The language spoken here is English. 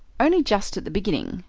only just at the beginning,